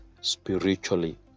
spiritually